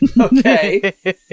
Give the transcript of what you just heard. Okay